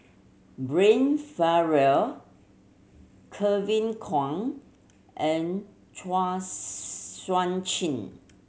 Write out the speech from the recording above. Brian Farrell Kevin Kwan and Chua Sian Chin